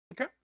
Okay